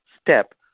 step